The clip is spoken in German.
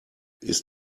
ist